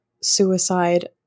suicide